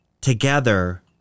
together